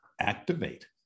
activate